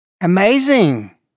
Amazing